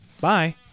Bye